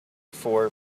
four